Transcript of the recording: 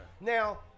Now